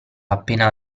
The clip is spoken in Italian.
appena